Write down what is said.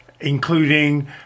including